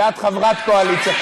ואת חברת קואליציה,